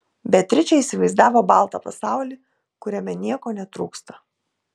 beatričė įsivaizdavo baltą pasaulį kuriame nieko netrūksta